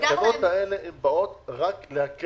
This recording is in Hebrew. שנסגר להם --- התקנות האלה באות רק להקל,